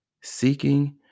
seeking